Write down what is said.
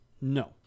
no